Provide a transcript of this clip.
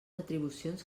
atribucions